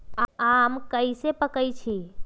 आम कईसे पकईछी?